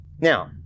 Now